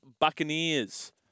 Buccaneers